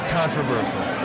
controversial